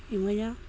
ᱤᱢᱟᱹᱧᱟ